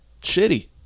shitty